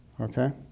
okay